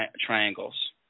triangles